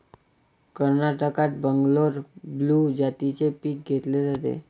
कर्नाटकात बंगलोर ब्लू जातीचे पीक घेतले जाते